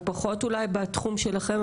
הוא פחות אולי בתחום שלכן,